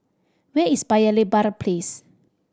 where is Paya Lebar Place